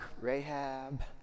Rahab